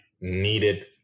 needed